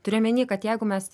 turiu omeny kad jeigu mes